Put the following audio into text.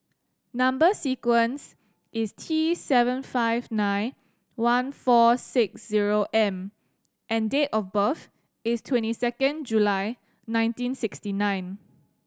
number sequence is T seven five nine one four six zero M and date of birth is twenty second July nineteen sixty nine